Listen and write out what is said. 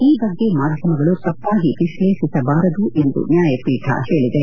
ಈ ಬಗ್ಗೆ ಮಾಧ್ವಮಗಳು ತಪ್ಪಾಗಿ ವಿಕ್ಲೇಷಿಸಬಾರದು ಎಂದು ನ್ಲಾಯಪೀಠ ಹೇಳಿದೆ